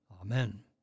Amen